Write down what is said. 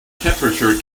temperature